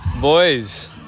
Boys